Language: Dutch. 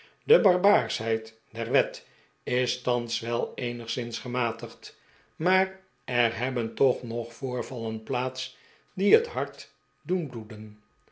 de barbaarschheid der wet is thans wel eenigszins gematigd maar er hebben toch nog voorvallen plaats die het hart doen bloeden